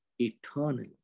eternal